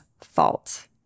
fault